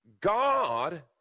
God